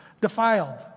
defiled